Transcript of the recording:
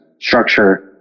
structure